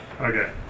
Okay